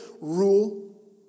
rule